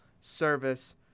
service